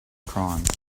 crimes